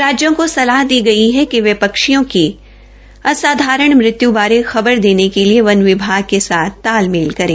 राज्यों को सलाह दी गई है कि वे पक्षियों की असाधारण मृत्यु बारे खबर देने के लिए वन विभाग के साथ तालमेल करें